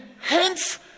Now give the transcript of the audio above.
hence